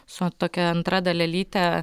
su tokia antra dalelyte